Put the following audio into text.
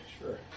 Sure